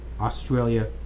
Australia